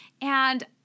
and-